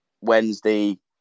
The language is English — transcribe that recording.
Wednesday